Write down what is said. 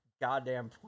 Goddamn